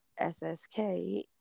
SSK